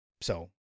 So-